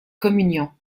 communion